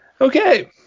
Okay